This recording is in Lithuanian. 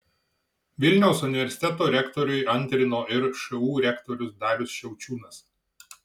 vilniaus universiteto rektoriui antrino ir šu rektorius darius šiaučiūnas